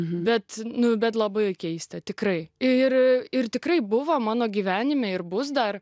bet nu bet labai keista tikrai ir ir tikrai buvo mano gyvenime ir bus dar